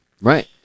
right